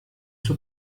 zur